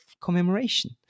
commemoration